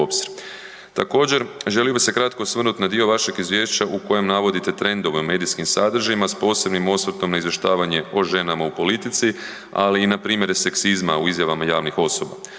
Također želio bi se kratko osvrnuti na dio vašeg izvješća u kojem navodite trendove u medijskim sadržajima s posebnim osvrtom na izvještavanje o ženama u politici, ali i npr. seksizma u izjavama javnih osoba.